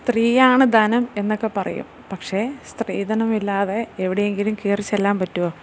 സ്ത്രീയാണ് ധനം എന്നൊക്ക പറയും പക്ഷേ സ്ത്രീധനമില്ലാതെ എവിടെയെങ്കിലും കയറി ചെല്ലാൻ പറ്റുമോ